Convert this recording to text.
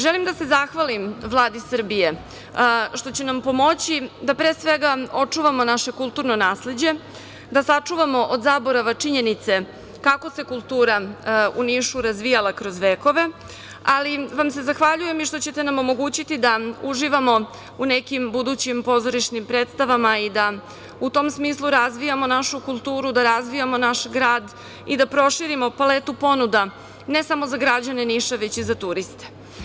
Želim da se zahvalim Vladi Srbije što će nam pomoći da pre svega očuvamo naše kulturno nasleđe, da sačuvamo od zaborava činjenice kako se kultura u Nišu razvijala kroz vekove, ali vam se zahvaljujem i što ćete nam omogućiti da uživamo u nekim budućim pozorišnim predstavama i da u tom smislu razvijamo našu kulturu, da razvijamo naš grad i da proširimo paletu ponuda ne samo za građane Niša, već i za turiste.